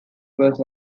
was